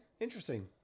interesting